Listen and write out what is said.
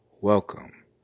welcome